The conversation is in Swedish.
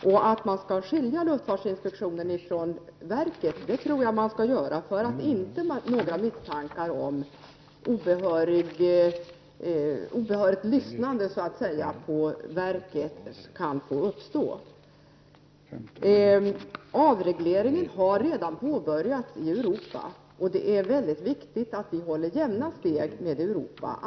Det gäller också att skilja luftfartsinspektionen från luftfartsverket, så att inga misstankar om obehörigt lyssnande på verket skall uppstå. Avregleringen har redan påbörjats i Europa, och det är mycket viktigt att vi håller jämna steg med det övriga Europa.